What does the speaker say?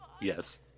Yes